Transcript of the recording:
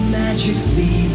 magically